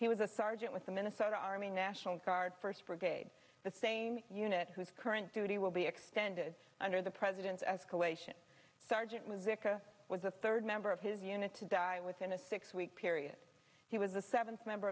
he was a sergeant with the minnesota army national guard first brigade the same unit whose current duty will be extended under the president's escalation sergeant musica was the third member of his unit to die within a six week period he was the seventh member